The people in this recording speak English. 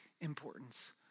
importance